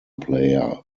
player